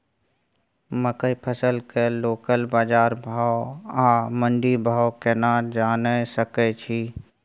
मकई फसल के लोकल बाजार भाव आ मंडी भाव केना जानय सकै छी?